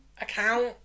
Account